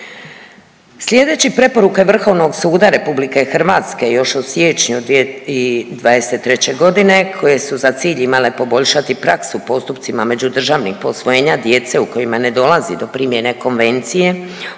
Slijedeći preporuke Vrhovnog suda RH još u siječnju 2023. godine koje su za cilj imale poboljšati praksu u postupcima međudržavnih posvojenja djece u kojima ne dolazi do primjene konvencije